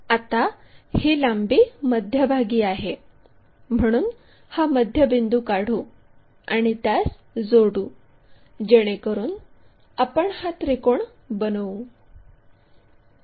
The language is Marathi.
आता ही लांबी मध्यभागी आहे म्हणून हा मध्यबिंदू काढू आणि त्यास जोडू जेणेकरून आपण हा त्रिकोण बनवू